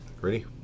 Ready